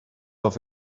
off